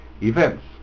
events